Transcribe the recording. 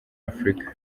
afurika